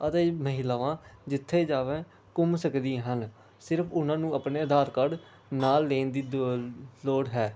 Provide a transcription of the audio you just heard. ਅਤੇ ਮਹਿਲਾਵਾਂ ਜਿੱਥੇ ਜਾਵੇ ਘੁੰਮ ਸਕਦੀਆਂ ਹਨ ਸਿਰਫ ਉਹਨਾਂ ਨੂੰ ਆਪਣੇ ਆਧਾਰ ਕਾਰਡ ਨਾਲ ਲੈਣ ਦੀ ਦ ਲੋੜ ਹੈ